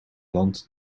land